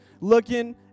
looking